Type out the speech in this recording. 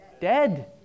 dead